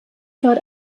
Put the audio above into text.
dort